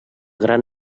gran